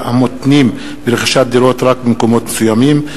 המותנים ברכישת דירות רק במקומות מסוימים,